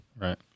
Right